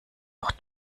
auch